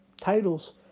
titles